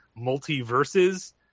Multiverses